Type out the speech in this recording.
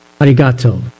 arigato